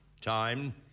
Time